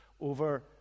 over